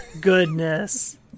Goodness